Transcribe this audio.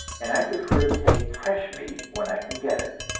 and i prefer to take fresh meat when i can get it.